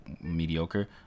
mediocre